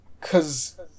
Cause